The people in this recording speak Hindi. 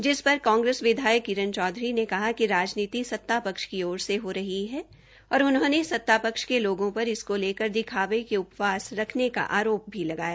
जिस पर कांग्रेस विधायक किरन चौधरी ने कहा कि राजनीति सत्ता पक्ष की ओर से रही है और उन्होंने सत्तापक्ष के लोगों पर इसको लेकर दिखावे के उपवास रखने का आरोप भी लगाय